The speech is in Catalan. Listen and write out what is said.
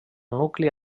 nucli